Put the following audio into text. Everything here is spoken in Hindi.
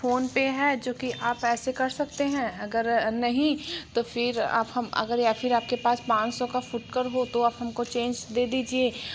फ़ोनपे है जो कि आप ऐसे कर सकते हैं अगर नहीं तो फिर आप हम अगर या फिर आप के पास पाँच सौ का फुटकर हो तो आप हम को चेंज दे दीजिए